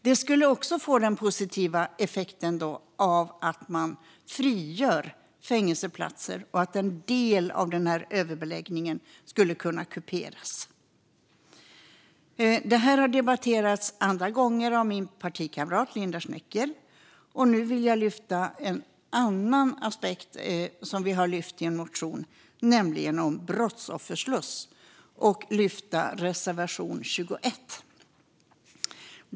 Det skulle också få den positiva effekten att fängelseplatser frigörs och att en del av överbeläggningen kan kuperas. Detta har debatterats tidigare av min partikamrat Linda Westerlund Snecker. Nu vill jag lyfta fram en annan fråga som vi har tagit upp i en motion och i reservation 21, nämligen frågan om brottsofferslussar.